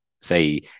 say